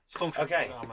okay